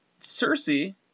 Cersei